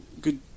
good